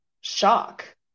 shock